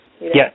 Yes